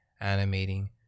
animating